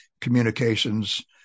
communications